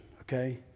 okay